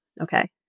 okay